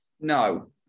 No